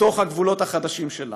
בתוך הגבולות החדשים שלה.